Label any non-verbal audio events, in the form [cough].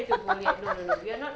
[laughs]